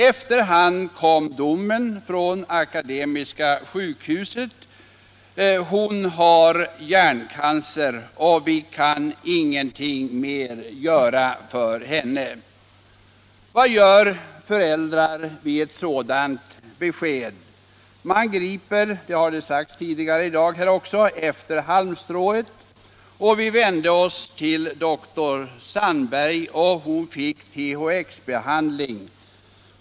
Efter hand kom domen från Akademiska sjukhuset: Hon har hjärncancer och vi kan ingenting mer göra för henne. Vad gör föräldrar då de får ett sådant besked? Man griper efter halmstrået. ”Vi vände oss till dr Sandberg och hon fick THX-behandling.